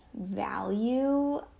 value